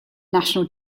national